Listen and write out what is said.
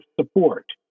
support